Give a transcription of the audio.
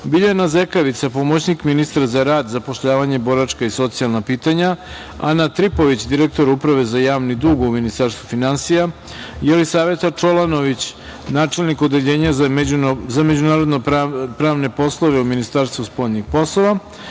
Biljana Zekavica, pomoćnik ministra za rad, zapošljavanje, boračka i socijalna pitanja, Ana Tripović, direktor Uprave za javni dug u Ministarstvu finansija, Jelisaveta Čolanović, načelnik Odeljenja za međunarodno pravne poslove u Ministarstvu spoljnih poslova,